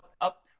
up